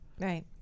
Right